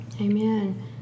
Amen